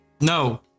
No